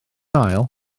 ail